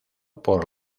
por